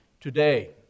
today